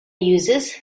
uses